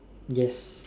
yes